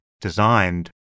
designed